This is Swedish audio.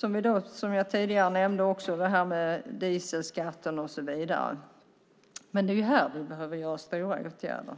dieselskatten, som jag nämnde tidigare. Men det är här som stora åtgärder behöver vidtas.